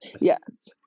yes